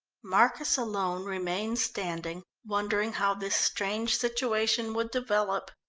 marcus alone remained standing, wondering how this strange situation would develop.